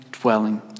dwelling